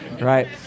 right